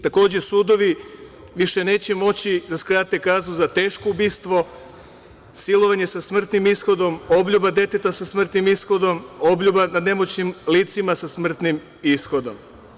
Takođe, sudovi više neće moći da skrate kaznu za teško ubistvo, silovanje sa smrtnim ishodom, obljuba deteta sa smrtnim ishodom, obljuba nad nemoćnim licima sa smrtnim ishodom.